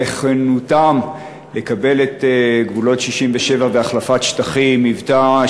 נכונותם לקבל את גבולות 67' והחלפת שטחים היוותה,